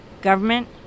Government